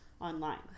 online